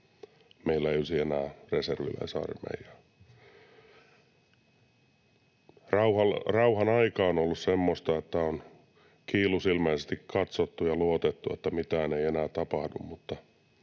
meillä ei olisi enää reserviläisarmeijaa. Rauhanaika on ollut semmoista, että on kiilusilmäisesti katsottu ja luotettu, että mitään ei enää tapahdu,